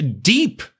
deep-